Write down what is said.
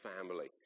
family